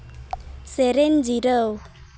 ᱥᱮᱨᱮᱧ ᱡᱤᱨᱟᱹᱣ